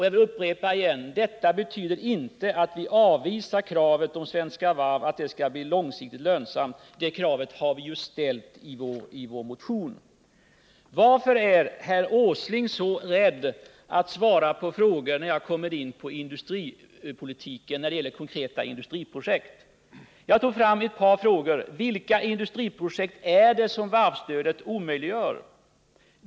Jag vill upprepa: Detta betyder inte att vi avvisar kravet på Svenska Varv att företaget skall bli långsiktigt lönsamt. Det kravet har vi ju ställt i vår motion. Varför är herr Åsling så rädd för att svara på frågor när jag kommer in på konkreta industriprojekt? Jag tog fram ett par frågor. Vilka industriprojekt är det som varvsstödet omöjliggör?